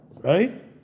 right